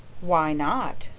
why not?